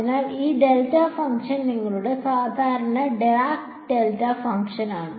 അതിനാൽ ഈ delta function നിങ്ങളുടെ സാധാരണ Dirac delta ഫംഗ്ഷനാണ്